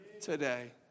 today